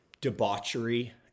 debauchery